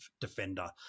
defender